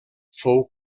fou